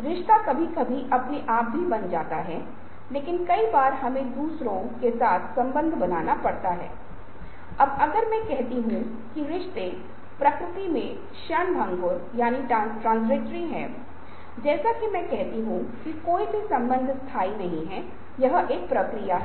जिसके साथ आप बात कर रहे हैं और यह भी निर्धारित करता है कि इस स्क्रीन से परे जिस कैमरे पर मैं अभी देख रहा हूं वहां एक वास्तविक है जिसके साथ आप हैं जिनसे मैं बात कर रहा हूं लेकिन आप देखते हैं कि तकनीक के आगमन के साथ हम एक ऐसे अंक पर पहुंच गए हैं जहां वास्तविकता का यह अनुकरण इतना महत्वपूर्ण हो जाता है कि आपको वास्तविक की आवश्यकता नहीं होती है और कभी कभी आपको यह भी पता नहीं होता है कि क्या वास्तविक है